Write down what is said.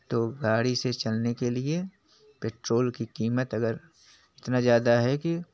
तो गाड़ी से चलने के लिए पेट्रोल की कीमत अगर इतना ज़्यादा है कि